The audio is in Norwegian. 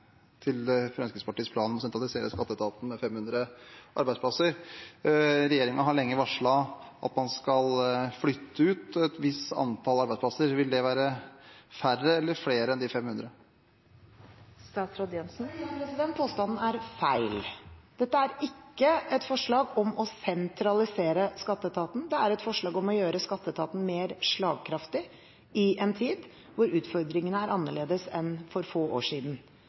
Fremskrittspartiets plan om å sentralisere Skatteetaten med 500 arbeidsplasser. Regjeringen har lenge varslet at man skal flytte ut et visst antall arbeidsplasser. Vil det være færre eller flere enn de 500? Igjen: Påstanden er feil. Dette er ikke et forslag om å sentralisere Skatteetaten. Det er et forslag om å gjøre Skatteetaten mer slagkraftig i en tid hvor utfordringene er annerledes enn for få år siden.